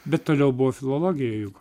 bet toliau buvo filologija juk